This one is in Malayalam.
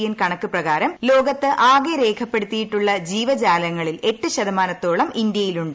എൻ കണക്ക് പ്രകാരം ലോകത്ത് ആകെ രേഖപ്പെടുത്തിയിട്ടുള്ള ജീവജാലങ്ങളിൽ എട്ട് ശതമാനത്തോളം ഇന്ത്യയിലുണ്ട്